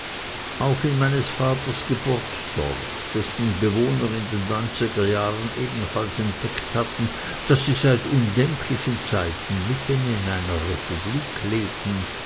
auch in meines vaters geburtsdorf dessen bewohner in den neunziger jahren ebenfalls entdeckt hatten daß sie seit undenklichen zeiten mitten in einer republik lebten